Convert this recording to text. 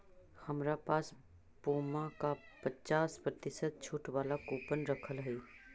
हमरा पास पुमा का पचास प्रतिशत छूट वाला कूपन रखल हई